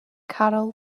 caryl